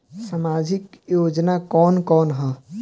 सामाजिक योजना कवन कवन ह?